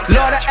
Lord